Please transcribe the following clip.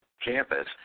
campus